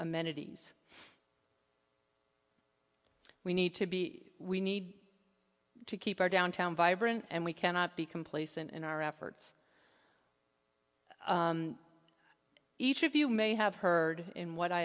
amenities we need to be we need to keep our downtown vibrant and we cannot be complacent in our efforts each of you may have heard in what i